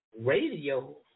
radio